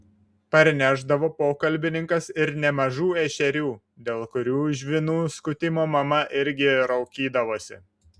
parnešdavo pokalbininkas ir nemažų ešerių dėl kurių žvynų skutimo mama irgi raukydavosi